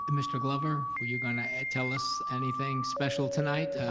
mr. glover, were you gonna tell us anything special tonight?